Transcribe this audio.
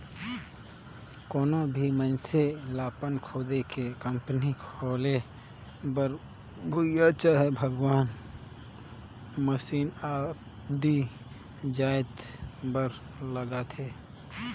कोनो भी मइनसे लअपन खुदे के कंपनी खोले बर भुंइयां चहे भवन, मसीन आदि जाएत बर लागथे